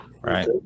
right